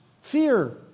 Fear